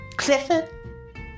Clifford